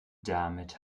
damit